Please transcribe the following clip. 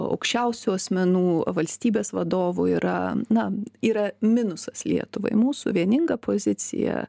aukščiausių asmenų valstybės vadovų yra na yra minusas lietuvai mūsų vieninga pozicija